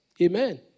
Amen